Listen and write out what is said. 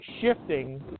shifting